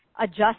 adjust